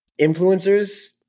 influencers